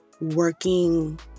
working